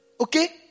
Okay